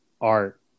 art